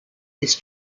his